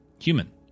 human